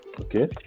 Okay